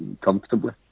comfortably